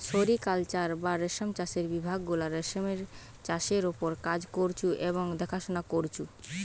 sericulture বা রেশম চাষের বিভাগ গুলা রেশমের চাষের ওপর কাজ করঢু এবং দেখাশোনা করঢু